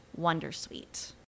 Wondersuite